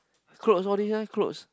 clothes all these eh clothes